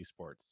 Esports